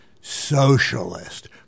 socialist